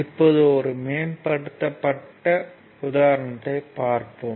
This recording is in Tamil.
இப்போது ஒரு மேம்படுத்தப்பட்ட உதாரணத்தைப் பார்ப்போம்